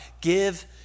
Give